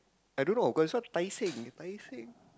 I don't know got such Tai-Seng near Tai-Seng